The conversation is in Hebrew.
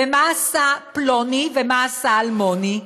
ומה עשה פלוני, ומה עשה אלמוני,